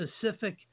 specific